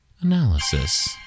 analysis